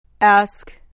ask